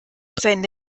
sein